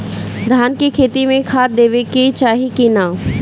धान के खेती मे खाद देवे के चाही कि ना?